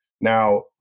now